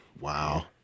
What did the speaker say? Wow